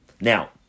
Now